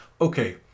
okay